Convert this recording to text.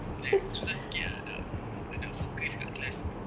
like susah sikit ah nak nak focus kat class you know